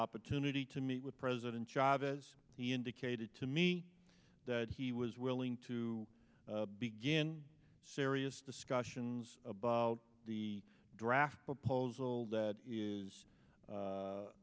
opportunity to meet with president chavez he indicated to me that he was willing to begin serious discussions about the draft proposal that is